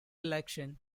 election